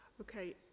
Okay